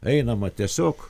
einama tiesiog